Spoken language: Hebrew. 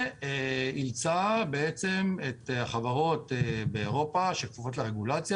ואילצה את החברות באירופה שכפופות לרגולציה